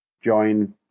join